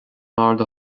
mbord